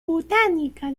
botánica